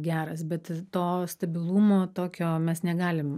geras bet to stabilumo tokio mes negalim